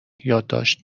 یادداشت